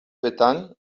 pytań